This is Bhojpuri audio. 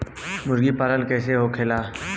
मुर्गी पालन कैसे होखेला?